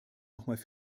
nochmals